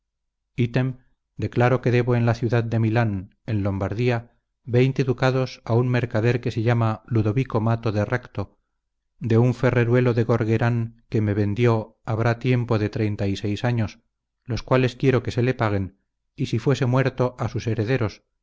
item declaró que debo en la ciudad de milán en lombardía veinte ducados a un mercader que se llama ludovico mato de recto de un ferreruelo de gorgueran que me vendió habrá tiempo de treinta y seis años los cuales quiero que se le paguen y si fuese muerto a sus herederos